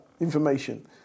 information